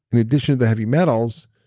in addition to the heavy metals,